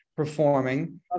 performing